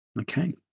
Okay